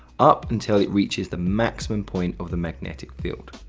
up until it reaches the maximum point of the magnetic field.